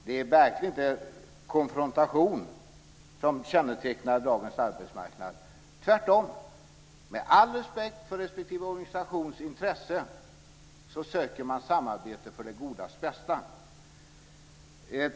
Det är verkligen inte konfrontation som kännetecknar dagens arbetsmarknad. Tvärtom, med all respekt för respektive organisations intresse söker man samarbete för det godas bästa.